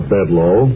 Bedlow